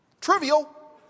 Trivial